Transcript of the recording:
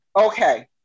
Okay